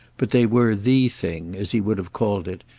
but they were the thing, as he would have called it,